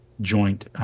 joint